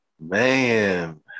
Man